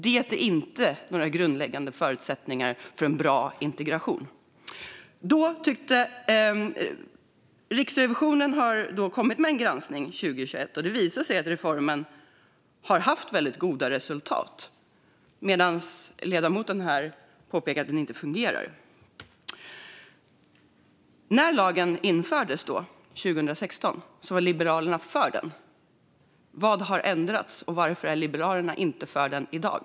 Det är inte några grundläggande förutsättningar för en bra integration. Riksrevisionen gjorde en granskning 2021. Det visade sig att reformen har haft goda resultat, medan ledamoten här påpekar att den inte fungerar. När lagen infördes 2016 var Liberalerna för den. Vad har ändrats? Varför är Liberalerna inte för lagen i dag?